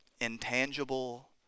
intangible